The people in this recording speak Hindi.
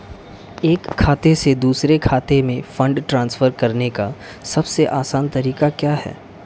एक खाते से दूसरे खाते में फंड ट्रांसफर करने का सबसे आसान तरीका क्या है?